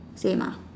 same ah